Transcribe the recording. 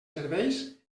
serveis